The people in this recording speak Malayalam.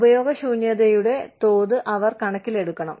ഉപയോഗശൂന്യതയുടെ തോത് അവർ കണക്കിലെടുക്കണം